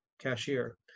cashier